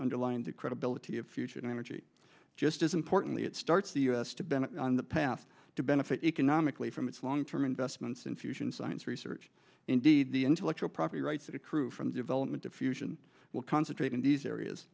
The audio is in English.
underlines the credibility of fusion energy just as importantly it starts the u s to bend on the path to benefit economically from its long term investments in fusion science research indeed the intellectual property rights that accrue from the development of fusion will concentrate in these areas